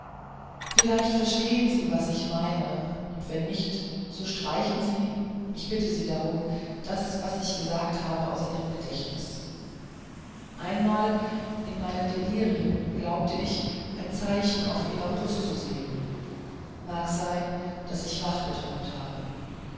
vielleicht verstehen sie was ich meine und wenn nicht so streichen sie ich bitte sie darum das was ich gesagt habe aus ihrem gedächtnis einmal in meinen delirien glaubte ich ein zeichen auf ihrer brust zu sehen mag sein daß ich wach geträumt habe